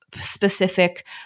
specific